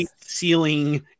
ceiling